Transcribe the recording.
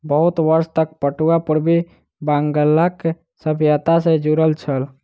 बहुत वर्ष तक पटुआ पूर्वी बंगालक सभ्यता सॅ जुड़ल छल